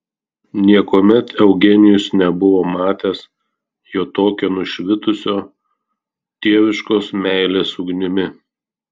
niekuomet eugenijus nebuvo matęs jo tokio nušvitusio tėviškos meilės ugnimi